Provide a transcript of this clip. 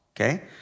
okay